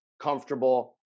comfortable